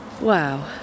Wow